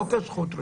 לא כזכות רגילה,